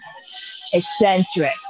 eccentric